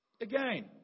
again